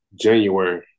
january